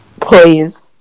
Please